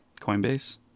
Coinbase